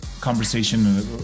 conversation